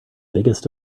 biggest